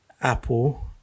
Apple